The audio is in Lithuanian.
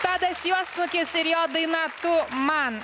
tadas juodsnukis ir jo daina tu man